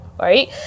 right